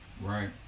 Right